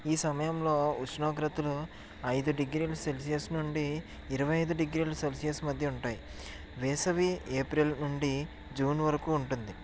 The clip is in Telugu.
ఈ సమయంలో ఉష్ణోగ్రతలో ఐదు డిగ్రీల సెల్సియస్ నుండి ఇరవై ఐదు డిగ్రీల సెల్సియస్ మధ్య ఉంటాయి వేసవి ఏప్రిల్ నుండి జూన్ వరకు ఉంటుంది